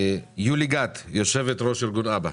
יולי גת, יושבת-ראש ארגון אב"א.